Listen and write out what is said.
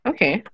Okay